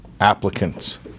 applicants